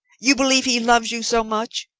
you believe he loves you so much?